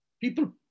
People